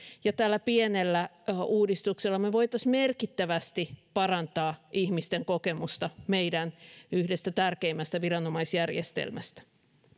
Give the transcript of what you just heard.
ja tällä pienellä uudistuksella me voisimme merkittävästi parantaa ihmisten kokemusta meidän yhdestä tärkeimmästä viranomaisjärjestelmästämme